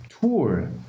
tour